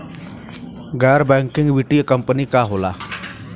गैर बैकिंग वित्तीय कंपनी का होला?